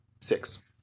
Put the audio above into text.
six